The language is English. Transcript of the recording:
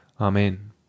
Amen